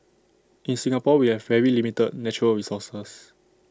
in Singapore we have very limited natural resources